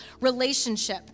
relationship